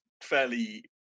fairly